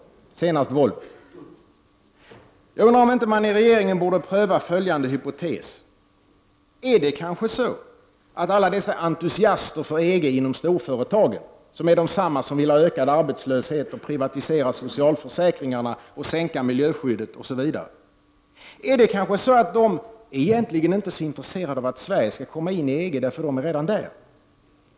Volvo är det senaste exemplet. Jag undrar om man i regeringen inte borde pröva följande hypotes. Är det kanske så att alla dessa entusiaster för EG inom storföretagen, vilka är desamma som vill ha ökad arbetslöshet och som vill privatisera socialförsäkringarna och sänka miljöskyddet, egentligen inte är intresserade av att Sverige skall komma in i EG, eftersom de själva redan är där?